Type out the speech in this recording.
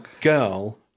girl